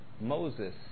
Moses